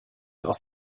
aus